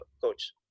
coach